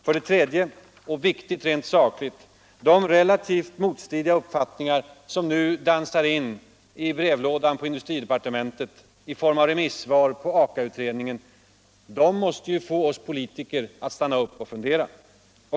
För det tredje, och det är viktigt rent sakligt: De relativt motstridiga uppfattningar som nu dansar in i brevlådan på industridepartementet i form av remissvar på Aka-utredningen måste få oss politiker att stanna upp och fundera.